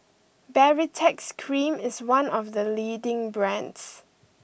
Baritex Cream is one of the leading brands